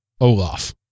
Olaf